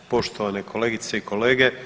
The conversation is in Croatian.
Poštovane kolegice i kolege.